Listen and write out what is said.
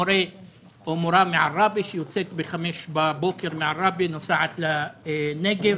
מורה מעראבה שיוצאת ב-5 בבוקר מעראבה ונוסעת לנגב